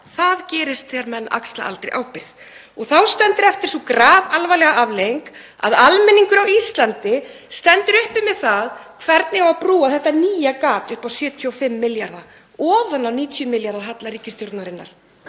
Það gerist þegar menn axla aldrei ábyrgð. Þá stendur eftir sú grafalvarlega afleiðing að almenningur á Íslandi situr uppi með það hvernig á að brúa þetta nýja gat upp á 75 milljarða ofan á 90 milljarða halla ríkisstjórnarinnar.